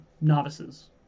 novices